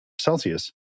Celsius